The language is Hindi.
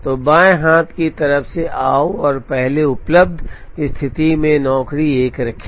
तो बाएं हाथ की तरफ से आओ और पहले उपलब्ध स्थिति में नौकरी 1 रखें